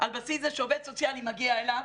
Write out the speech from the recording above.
על בסיס זה שעובד סוציאלי מגיע אליו,